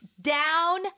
down